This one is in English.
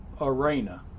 arena